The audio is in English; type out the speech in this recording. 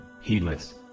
heedless